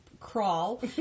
crawl